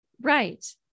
Right